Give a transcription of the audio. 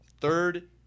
third-